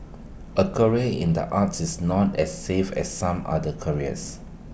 A career in the arts is not as safe as some other careers